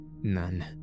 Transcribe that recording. None